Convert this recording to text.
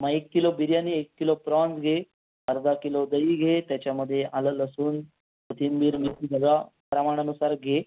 मग एक किलो बिर्याणी एक किलो प्रॉन्ज घे अर्धा किलो दही घे त्याच्यामध्ये आलं लसून कोथिंबीर मिरची सगळं प्रमाणानुसार घे